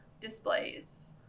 displays